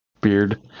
beard